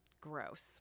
gross